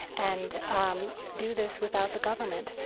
and um do this without the government.